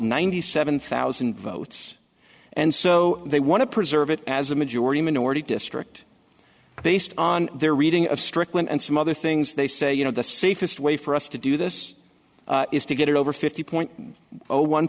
ninety seven thousand votes and so they want to preserve it as a majority minority district based on their reading of strickland and some other things they say you know the safest way for us to do this is to get it over fifty point zero one